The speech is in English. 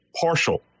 partial